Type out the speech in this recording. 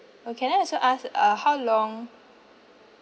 oh can I also ask uh how long